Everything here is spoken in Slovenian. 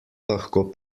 lahko